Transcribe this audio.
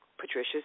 Patricia